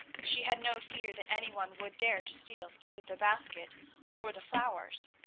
she had no fear that any one would dare to steal either the basket or the flowers.